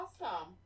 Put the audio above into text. Awesome